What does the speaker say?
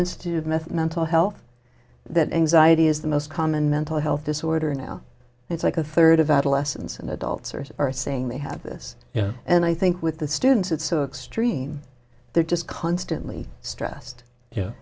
institute of meth mental health that anxiety is the most common mental health disorder now it's like a third of adolescents and adults are saying they have this yeah and i think with the students it's so extreme they're just constantly stressed